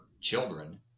children